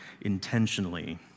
intentionally